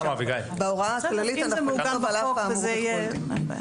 בהוראה הכללית אנחנו נכתוב: על אף האמור בכל דין.